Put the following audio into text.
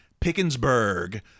Pickensburg